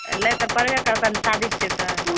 लै तऽ पड़बे करतो शादी छै तऽ